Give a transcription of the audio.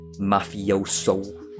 mafioso